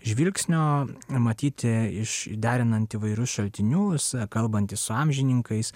žvilgsnio matyti iš derinant įvairius šaltinius kalbantis su amžininkais